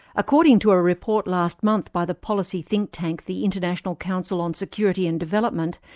according to a report last month by the policy think tank the international council on security and development,